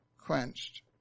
quenched